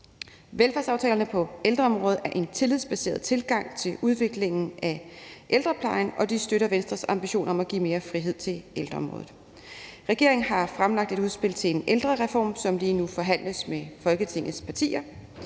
Velfærdsaftalerne på ældreområdet er en tillidsbaseret tilgang til udviklingen af ældreplejen, og de støtter Venstres ambition om at give mere frihed til ældreområdet. Regeringen har fremlagt et udspil til en ældrereform, som lige nu forhandles med Folketingets partier.